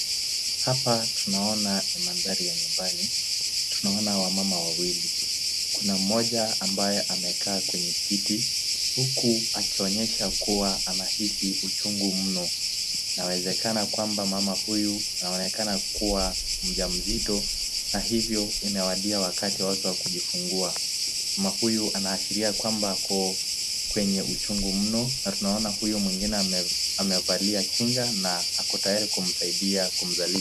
Hapa tunaona ni mandhari ya nyumbani, tunaona wamama wawili. Kuna mmoja ambaye amekaa kwenye kiti huku akionyesha kua anihisi uchungu mno. Inawezekana kwamba mama huyu anaonekana kua mjamzito na hivo imewadia wakati wake wa kujifungua. Mama huyu anaashiria ya kwamba ako kwenye uchungu mno na tunaona huyo mwengine amevalia ya kinga na ako tayari kumzalisha.